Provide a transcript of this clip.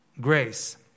Grace